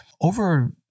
over